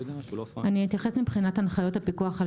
אני אתייחס מבחינת הנחיות הפיקוח על